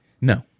No